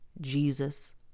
Jesus